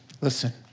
listen